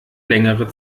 längere